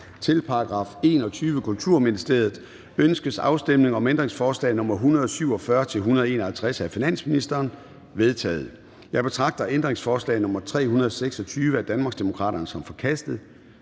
Det er forkastet. Ønskes afstemning om ændringsforslag nr. 211 og 212 af finansministeren? De er vedtaget. Jeg betragter ændringsforslag nr. 332 af Danmarksdemokraterne som forkastet.